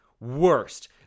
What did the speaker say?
Worst